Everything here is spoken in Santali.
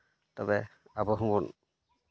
ᱛᱚᱵᱮ ᱟᱵᱚ ᱦᱚᱸᱵᱚᱱ